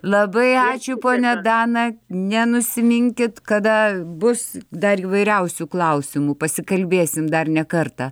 labai ačiū ponia dana nenusiminkit kada bus dar įvairiausių klausimų pasikalbėsim dar ne kartą